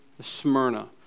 Smyrna